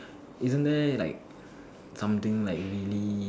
isn't there like something like really